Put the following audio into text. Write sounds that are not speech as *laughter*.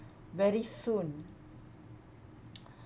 very soon *noise*